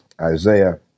Isaiah